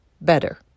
better